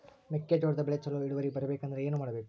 ಮೆಕ್ಕೆಜೋಳದ ಬೆಳೆ ಚೊಲೊ ಇಳುವರಿ ಬರಬೇಕಂದ್ರೆ ಏನು ಮಾಡಬೇಕು?